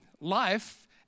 life